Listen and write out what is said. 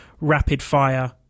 rapid-fire